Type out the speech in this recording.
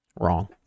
wrong